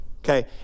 okay